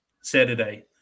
Saturday